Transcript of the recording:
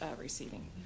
receiving